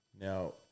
Now